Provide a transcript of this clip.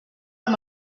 amb